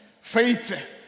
Faith